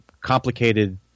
complicated